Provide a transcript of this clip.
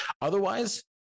otherwise